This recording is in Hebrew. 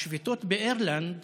השביתות באירלנד